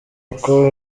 uko